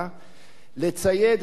לצייד את כל הכוחות